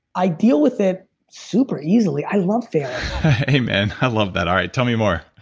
i deal with it super easily. i love failing amen. i love that. all right. tell me more